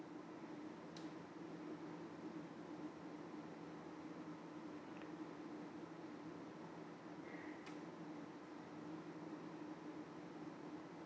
mm mm